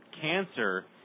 cancer